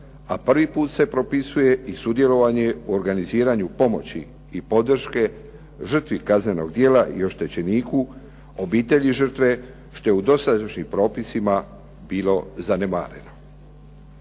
a prvi put se propisuje i sudjelovanje u organiziranju pomoći i podrške žrtvi kaznenog djela i oštećeniku, obitelji žrtve, što je u dosadašnjim propisima bilo zanemareno.